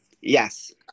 Yes